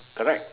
correct